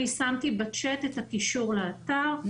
שמתי בצ'אט את הקישור לאתר,